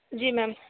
जी ma'am